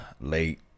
late